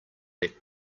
let